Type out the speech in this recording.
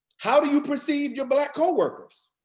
how do you perceive your black co-workers?